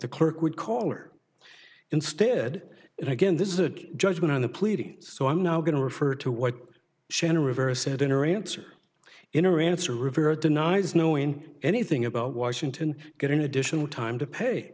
the clerk would call or instead and again this is a judgment on the pleadings so i'm now going to refer to what shannon rivera said in her answer in our answer rivera denies knowing anything about washington getting additional time to pay